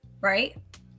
right